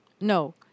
No